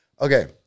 Okay